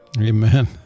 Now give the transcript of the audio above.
Amen